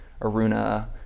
Aruna